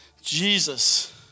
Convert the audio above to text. Jesus